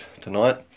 tonight